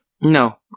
No